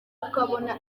ukabona